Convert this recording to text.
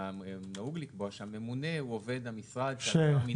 נהוג לקבוע שהממונה הוא עובד המשרד שהשר מינה.